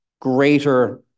greater